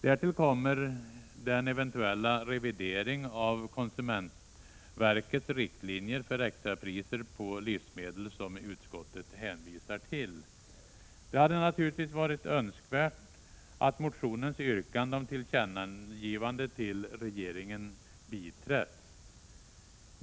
Därtill kommer den eventuella revidering av konsumentverkets riktlinjer för extrapriser på livsmedel som utskottet hänvisar till. Det hade varit önskvärt att motionens yrkande om tillkännagivande till regeringen biträtts.